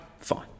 fine